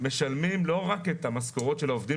משלמים לא רק את המשכורות של העובדים